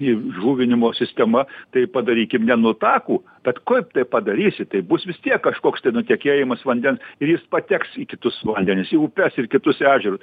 įžuvinimo sistema tai padarykim nenutakų tad kaip tai padarysi tai bus vis tiek kažkoks tai nutekėjimas vandens ir jis pateks į kitus vandenis į upes ir kitus ežerus